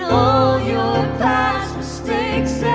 all your past mistakes